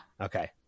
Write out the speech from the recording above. Okay